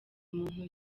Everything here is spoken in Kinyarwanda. muntu